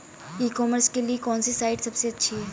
ई commerce के लिए कौनसी साइट सबसे अच्छी है?